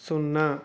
సున్నా